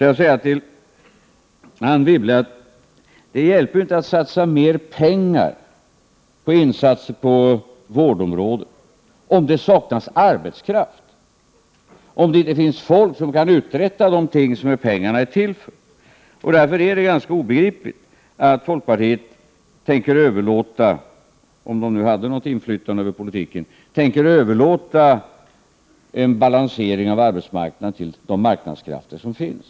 Jag vill till Anne Wibble säga att det inte hjälper att satsa mer pengar för insatser på vårdområdet om det saknas arbetskraft och det inte finns människor som kan uträtta de saker som pengarna är avsedda för. Det är därför ganska obegripligt att folkpartiet tänker överlåta — om det partiet nu har något inflytande över politiken — en balansering av arbetsmarknaden till de marknadskrafter som finns.